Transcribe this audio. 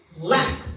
Lack